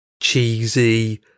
cheesy